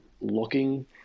looking